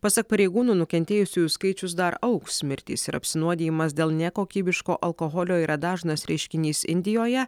pasak pareigūnų nukentėjusiųjų skaičius dar augs mirtys ir apsinuodijimas dėl nekokybiško alkoholio yra dažnas reiškinys indijoje